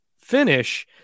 finish